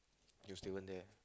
you still went there